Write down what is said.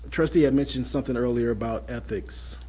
trustee had mentioned something earlier about ethics,